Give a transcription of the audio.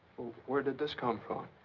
where did this come from?